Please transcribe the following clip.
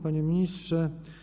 Panie Ministrze!